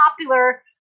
popular